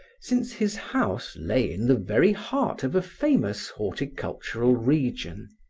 since his house lay in the very heart of a famous horticultural region.